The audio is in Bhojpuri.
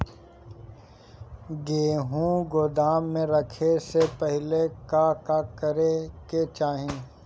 गेहु गोदाम मे रखे से पहिले का का करे के चाही?